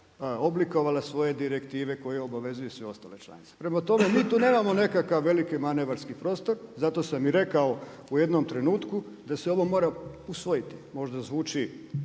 oblikovala svoje direktive koje obavezuje sve ostale članice. Prema tome, mi tu nemamo nekakav veliki manevarski prostor, zato sam i rekao u jednom trenutku da se ovo mora usvojiti. Možda zvuči